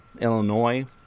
Illinois